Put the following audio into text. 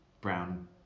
brown